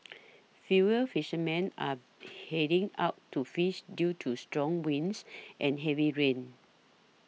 fewer fishermen are heading out to fish due to strong winds and heavy rain